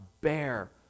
bear